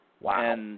Wow